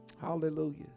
Hallelujah